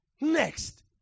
Next